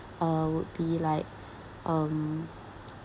uh will be like um